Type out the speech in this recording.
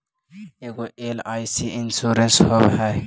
ऐगो LIC insurance होव है?